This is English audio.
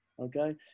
okay